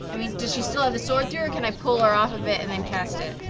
i mean, does she still have a sword through her, can i pull her off of it and then cast it?